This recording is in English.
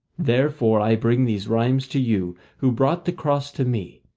therefore i bring these rhymes to you who brought the cross to me,